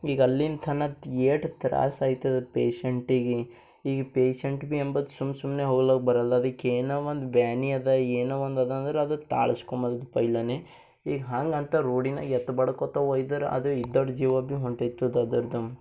ಈಗ ಅಲ್ಲಿನ ತನಕ ಏಟ್ ತ್ರಾಸೈತದ ಪೇಷಂಟಿಗೆ ಈಗ ಪೇಷಂಟ್ ಭೀ ಅಂಬದು ಸುಮ್ಮ ಸುಮ್ಮನೆ ಹೋಗಲಿಕ್ಕ ಬರಲ್ಲ ಅದಕ್ಕೆನೊ ಒಂದು ಬ್ಯಾನಿ ಅದ ಏನೋ ಒಂದದ ಅಂದರೆ ಅದು ತಾಳಸ್ಕೊಬಂದು ಪೈಲೇನೇ ಈಗ ಹಾಂಗೆ ಅಂತ ರೋಡಿನಾಗೆ ಎತ್ತಿ ಬಡ್ಕೋತ ಒಯ್ದ್ರ ಅದು ಇದ್ದೊಡ ಜೀವ ಭೀ ಹೊಂಟು ಹೋಯ್ತದೆ ಅದರದು